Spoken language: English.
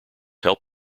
helped